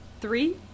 Three